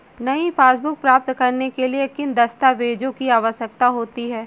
नई पासबुक प्राप्त करने के लिए किन दस्तावेज़ों की आवश्यकता होती है?